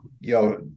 yo